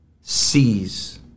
sees